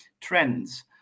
trends